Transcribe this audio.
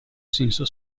senso